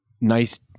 nice